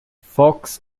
fox